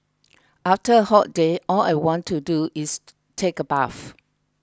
after a hot day all I want to do is take a bath